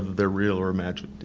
they're real or imagined.